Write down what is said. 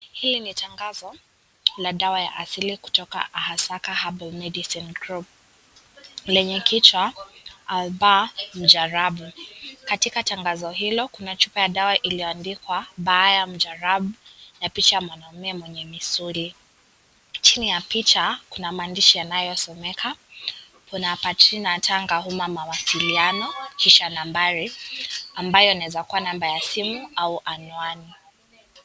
Hili ni tangazo la dawa la asili kutoka kutoka Asaka Medicine group lenye kichwa Albaa njarabu kaitka tangazo hilo Kuna chupa ya dawa ilioandikwa baya njarabu na picha ya mwanaume mwenye misuli . Chini ya picha kuna maandishi yanayosomeka Kuna abatrina oma wakiliano' kisha nambari ambayo unaeza kuwa nambari ya simu au anwani.